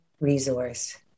resource